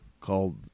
called